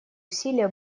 усилия